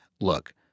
look